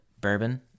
Bourbon